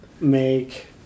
make